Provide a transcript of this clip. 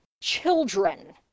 children